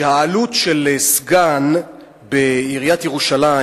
שעלות סגן בעיריית ירושלים,